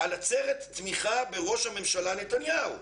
על עצרת תמיכה בראש הממשלה נתניהו.